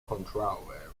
kontraŭe